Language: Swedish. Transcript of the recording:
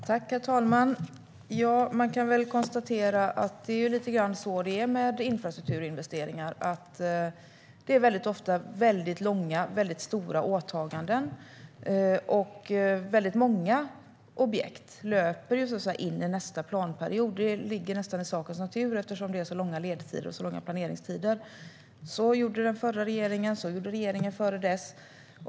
Herr talman! Man kan väl konstatera att det är lite grann så med infrastrukturinvesteringar att det ofta är mycket långa och stora åtaganden. Många objekt löper in i nästa planperiod. Det ligger nästan i sakens natur eftersom det är så långa ledtider och så långa planeringstider. Så gjorde den förra regeringen, och så gjorde regeringen före det.